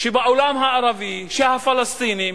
שבעולם הערבי, שהפלסטינים,